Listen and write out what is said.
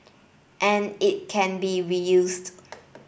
and it can be reused